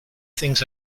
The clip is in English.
things